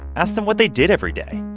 ask them what they did every day,